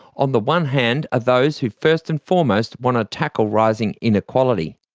on the one hand are those who first and foremost want to tackle rising inequality.